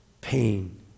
pain